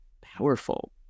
powerful